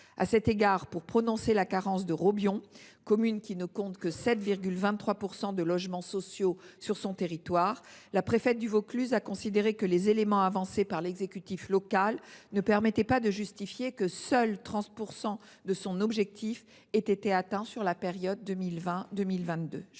l’occurrence, pour prononcer la carence de Robion, commune qui ne compte que 7,23 % de logements sociaux sur son territoire, la préfète du Vaucluse a considéré que les éléments avancés par l’exécutif local ne permettaient pas de justifier que seuls 30 % de son objectif aient été atteints au cours de la période 2020 2022.